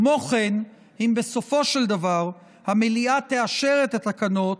כמו כן, אם בסופו של דבר המליאה תאשר את התקנות,